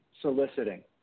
soliciting